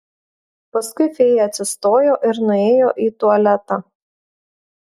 paskui fėja atsistojo ir nuėjo į tualetą